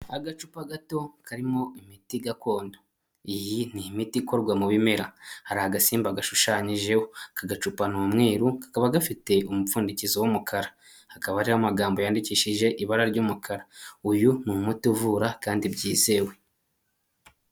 Agacupa gato karimo imiti gakondo. Iyi ni imiti ikorwa mu bimera. Hari agasimba gashushanyijeho. Aka gacupa ni umweru, kakaba gafite umupfundikizo w'umukara. Hakaba hariho amagambo yandikishije ibara ry'umukara. Uyu ni umuti uvura, kandi byizewe.